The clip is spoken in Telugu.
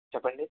చెప్పండి